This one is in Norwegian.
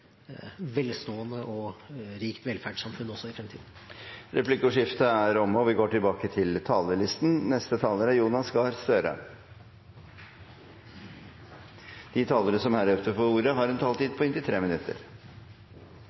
velstående og rikt velferdssamfunn også i fremtiden. Replikkordskiftet er omme. De talere som heretter får ordet, har en taletid på inntil 3 minutter.